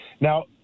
Now